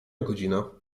godzina